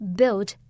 built